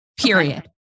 Period